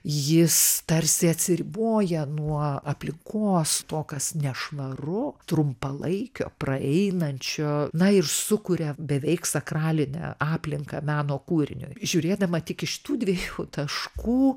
jis tarsi atsiriboja nuo aplinkos to kas nešvaru trumpalaikio praeinančio na ir sukuria beveik sakralinę aplinką meno kūrinio žiūrėdama tik iš tų dviejų taškų